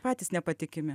patys nepatikimi